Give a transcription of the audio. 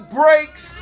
breaks